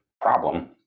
problem